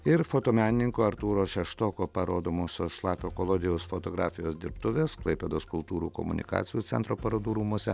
ir fotomenininko artūro šeštoko parodomosios šlapio kolodijaus fotografijos dirbtuvės klaipėdos kultūrų komunikacijų centro parodų rūmuose